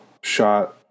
shot